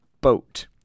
Boat